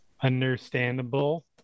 Understandable